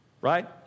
right